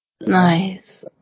Nice